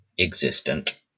existent